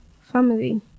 family